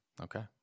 Okay